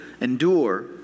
endure